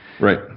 Right